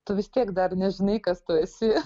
tu vis tiek dar nežinai kas tu esi